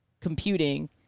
computing